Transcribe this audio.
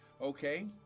Okay